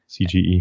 CGE